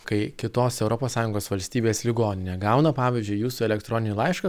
kai kitos europos sąjungos valstybės ligoninė gauna pavyzdžiui jūsų elektroninį laišką